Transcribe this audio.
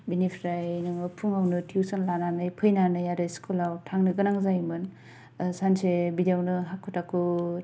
बेनिफ्राइ नोङो फुङावनो टिउसन लानानै फैनानै आरो स्कुलाव थांनो गोनां जोयोमोन ओह सानसे बिदियावनो हाखु दाखु